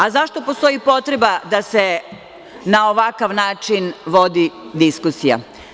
A, zašto postoji potreba da se na ovakav način vodi diskusija?